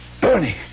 Bernie